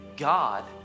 God